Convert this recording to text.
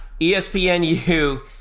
ESPNU